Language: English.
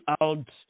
out